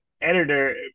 editor